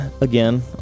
again